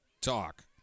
talk